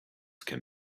can